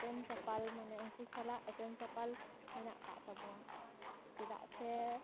ᱮᱯᱮᱢ ᱪᱟᱯᱟᱞ ᱢᱟᱱᱮ ᱩᱱᱠᱩ ᱥᱟᱞᱟᱜ ᱮᱯᱮᱢ ᱪᱟᱯᱟᱞ ᱢᱮᱱᱟᱜ ᱟᱠᱟᱫ ᱛᱟᱵᱚᱱᱟ ᱪᱮᱫᱟᱜ ᱥᱮ